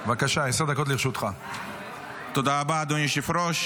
הכנסת, אדוני השר,